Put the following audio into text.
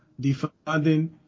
Defunding